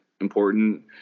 important